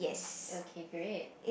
okay great